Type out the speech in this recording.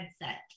headset